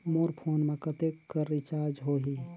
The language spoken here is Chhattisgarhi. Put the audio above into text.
मोर फोन मा कतेक कर रिचार्ज हो ही?